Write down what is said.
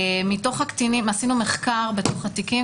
עשינו מחקר בתיקים,